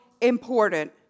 important